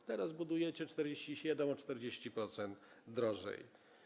A teraz budujecie za 47, o 40% drożej.